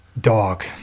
Dog